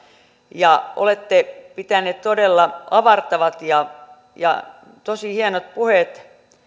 ja olette pitäneet todella avartavat ja ja tosi hienot puheet